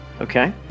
Okay